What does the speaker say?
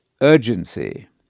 urgency